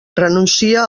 renuncia